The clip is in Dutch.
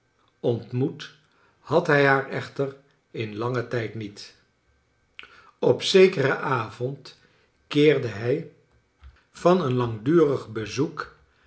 ontmoet had hij haar echter in longon tijd niet op zekeren avond keerde hij van chakles dickens een langdurig bezoek